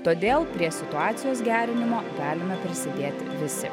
todėl prie situacijos gerinimo galime prisidėti visi